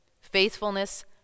faithfulness